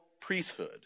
priesthood